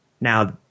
Now